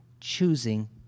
choosing